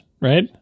right